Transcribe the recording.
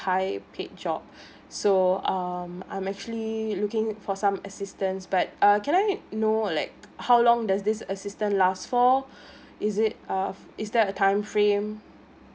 high paid job so um I'm actually looking for some assistance but err can I know like how long does this assistance last for is it uh is there a time frame